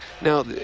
Now